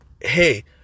hey